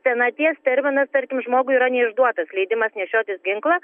senaties terminas tarkim žmogui yra neišduotas leidimas nešiotis ginklą